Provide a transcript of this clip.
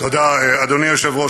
אדוני היושב-ראש,